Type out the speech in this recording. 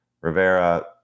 Rivera